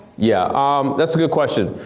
yeah ah um that's a good question.